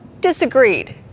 disagreed